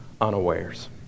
unawares